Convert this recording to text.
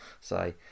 say